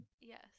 yes